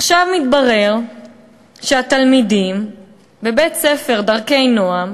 עכשיו מתברר שהתלמידים בבית-ספר "דרכי נעם"